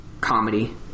comedy